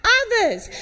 others